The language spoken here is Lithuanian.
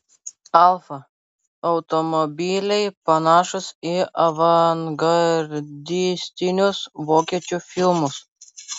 alfa automobiliai panašūs į avangardistinius vokiečių filmus